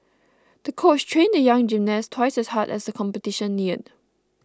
the coach trained the young gymnast twice as hard as the competition neared